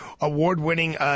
award-winning